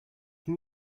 can